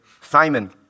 Simon